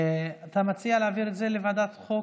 אתה מציע להעביר את זה לוועדת החוקה,